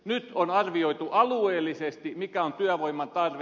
nyt on arvioitu alueellisesti mikä on työvoiman tarve